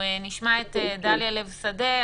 נשמע את דליה לב שדה,